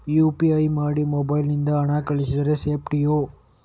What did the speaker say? UPI ಮಾಡಿ mobile ನಿಂದ ಹಣ ಕಳಿಸಿದರೆ ಸೇಪ್ಟಿಯಾ?